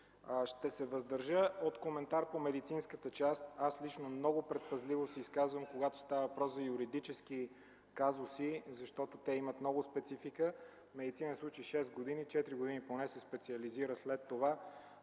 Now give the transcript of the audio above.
Ще се въздържа от коментар по медицинската част. Аз лично много предпазливо се изказвам, когато става въпрос за юридически казуси, защото те имат много специфика. Медицина се учи шест години и поне четири години след това